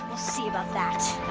see about that.